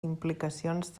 implicacions